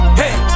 hey